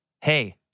Hey